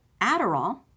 Adderall